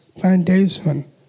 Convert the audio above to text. foundation